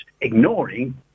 ignoring